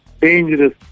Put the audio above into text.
dangerous